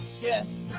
yes